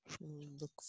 Look